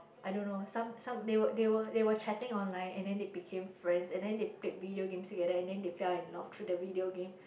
I don't know some some they were they were they were chatting online and then they became friends and then they played video games together and then they fell in love through the video game